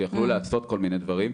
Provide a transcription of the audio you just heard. שיכלו לעשות כל מיני דברים.